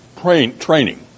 training